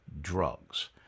drugs